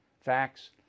facts